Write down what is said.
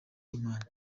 imana